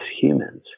humans